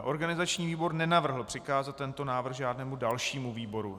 Organizační výbor nenavrhl přikázat tento návrh žádnému dalšímu výboru.